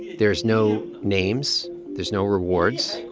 there's no names. there's no rewards.